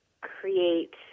create